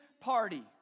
party